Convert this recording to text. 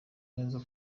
neza